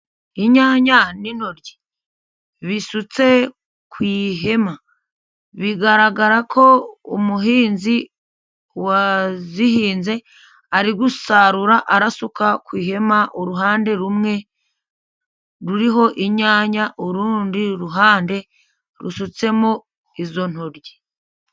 Inyanya n'intoryi bisutse ku ihema, bigaragara ko umuhinzi wazihinze ari gusarura asuka ku ihema. uruhande rumwe ruriho inyanya, urundi ruhande rusutsemo izo ntoryi.